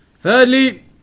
Thirdly